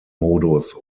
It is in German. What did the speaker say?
modus